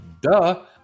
Duh